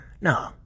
no